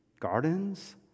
gardens